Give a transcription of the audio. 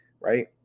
right